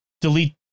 delete